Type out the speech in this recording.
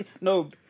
no